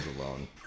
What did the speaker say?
alone